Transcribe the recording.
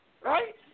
right